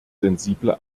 sensible